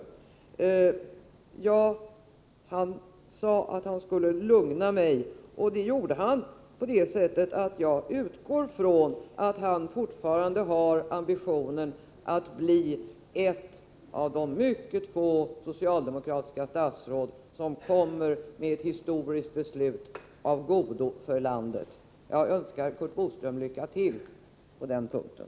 Kommunikationsministern sade att han skulle lugna mig. Det gjorde han, på det sättet att jag utgår från att han fortfarande har ambitionen att bli ett av de mycket få socialdemokratiska statsråd som lämnar efter sig ett historiskt beslut av godo för landet. Jag önskar Curt Boström lycka till på den punkten.